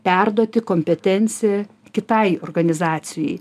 perduoti kompetenciją kitai organizacijai